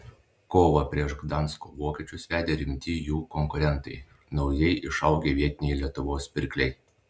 kovą prieš gdansko vokiečius vedė rimti jų konkurentai naujai išaugę vietiniai lietuvos pirkliai